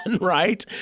right